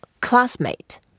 classmate